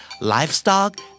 livestock